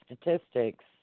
statistics –